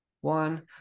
one